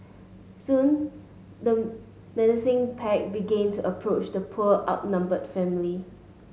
soon the menacing pack began to approach the poor outnumbered family